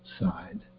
side